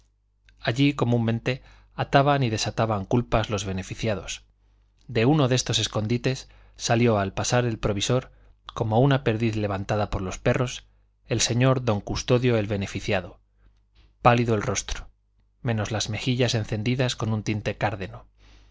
allí comúnmente ataban y desataban culpas los beneficiados de uno de estos escondites salió al pasar el provisor como una perdiz levantada por los perros el señor don custodio el beneficiado pálido el rostro menos las mejillas encendidas con un tinte cárdeno